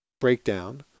breakdown